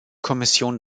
kommission